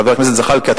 חבר הכנסת זחאלקה,